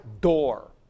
door